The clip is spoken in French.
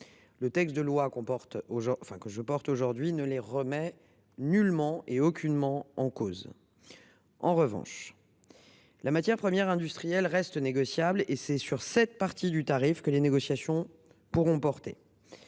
Le texte que je défends devant vous aujourd’hui ne les remet nullement en cause. En revanche, la matière première industrielle reste négociable et c’est sur cette partie du tarif que les négociations pourront porter.